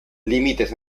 límites